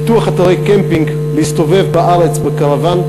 פיתוח אתרי קמפינג, להסתובב בארץ בקרוון,